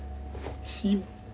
si~